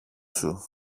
σου